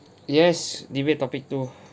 yes debate topic two